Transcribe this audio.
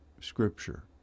scripture